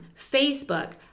Facebook